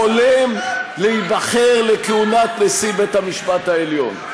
חולם להיבחר לכהונת נשיא בית-המשפט העליון.